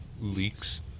Leaks